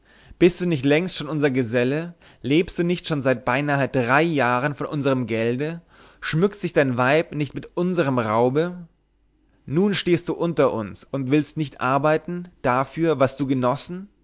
bist du nicht längst schon unser geselle lebst du nicht schon seit beinahe drei jahren von unserm gelde schmückt sich dein weib nicht mit unserm raube nun stehst du unter uns und willst nicht arbeiten dafür was du genossen